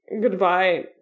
goodbye